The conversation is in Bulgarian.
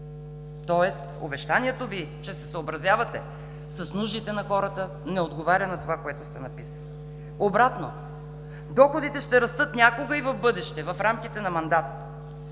тоест обещанието Ви, че ще се съобразявате с нуждите на хората не отговаря на това, което сте записали. Обратно – доходите ще растат някога и в бъдеще, в рамките на мандата.